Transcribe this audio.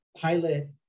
pilot